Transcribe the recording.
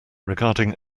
regarding